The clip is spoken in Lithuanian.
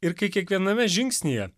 ir kai kiekviename žingsnyje